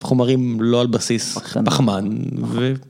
חומרים לא על בסיס פחמן.